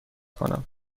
کنم